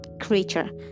creature